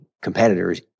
competitors